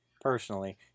personally